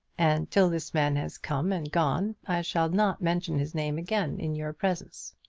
and till this man has come and gone i shall not mention his name again in your presence.